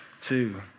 two